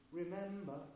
remember